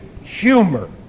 humor